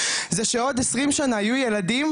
זה שעוד 20 שנה יהיו ילדים,